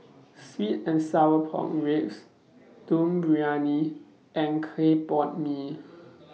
Sweet and Sour Pork Ribs Dum Briyani and Clay Pot Mee